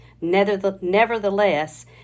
Nevertheless